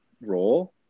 role